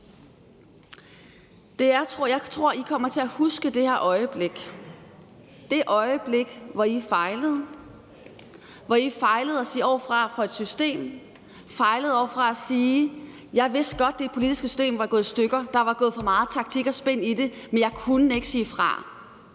jeg tror, I kommer til at huske det her øjeblik – det øjeblik, hvor I fejlede i forhold til at sige fra over for et system, fejlede ved at sige: Jeg vidste godt, at det politiske system var gået i stykker, og at der var gået for meget taktik og spin i det, men jeg kunne ikke sige fra.